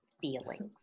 feelings